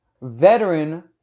veteran